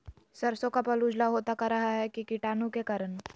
सरसो का पल उजला होता का रहा है की कीटाणु के करण?